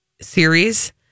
series